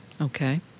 Okay